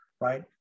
right